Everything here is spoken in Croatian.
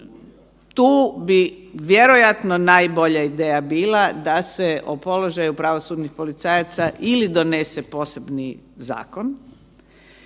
tu bi vjerojatno najbolja ideja bila da se o položaju pravosudnih policajaca ili donese posebni zakon